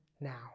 now